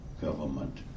government